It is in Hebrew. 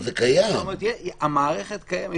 המערכת קיימת.